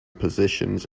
positions